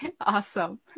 Awesome